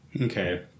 Okay